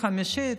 חמישי.